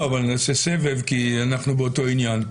אבל נעשה סבב, כי אנחנו באותו עניין.